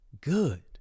good